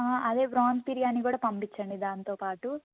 అదే ప్రాన్స్ బిర్యానీ కూడా పంపించండి దాంతోపాటు